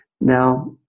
now